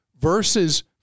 versus